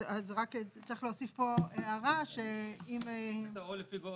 אז רק צריך להוסיף פה הערה שאם --- לפי גובה